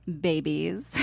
babies